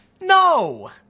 No